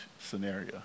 scenario